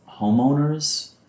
homeowners